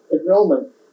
enrollment